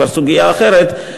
וזו כבר סוגיה אחרת,